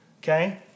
Okay